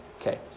Okay